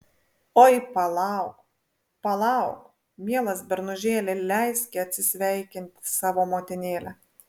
oi palauk palauk mielas bernužėli leiski atsisveikinti savo motinėlę